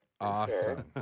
Awesome